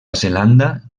zelanda